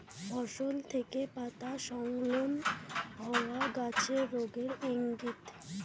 ফসল থেকে পাতা স্খলন হওয়া গাছের রোগের ইংগিত